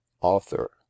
author